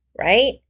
right